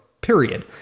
period